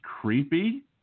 creepy